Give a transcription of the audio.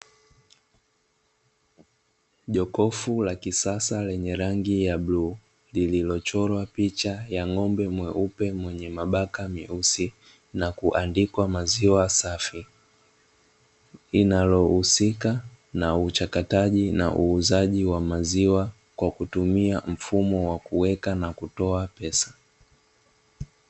Jokofu la kisasa lenye rangi ya bluu, lililochorwa picha ya ng'ombe mweupe mwenye mabaka meusi na kuandikwa maziwa safi. Linalohusika na uchakataji na uuzaji wa maziwa kwa kutumia mfumo wa kuweka na kutoa pesa.